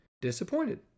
disappointed